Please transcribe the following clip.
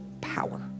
power